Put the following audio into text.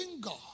God